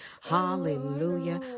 Hallelujah